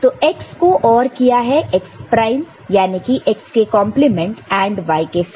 तो x को OR किया है x प्राइम याने की x के कंप्लीमेंट AND y के साथ